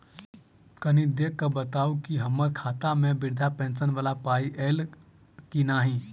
कनि देख कऽ बताऊ न की हम्मर खाता मे वृद्धा पेंशन वला पाई ऐलई आ की नहि?